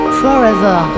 forever